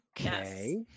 Okay